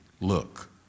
look